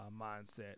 mindset